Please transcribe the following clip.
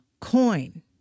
coin